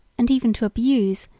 and even to abuse,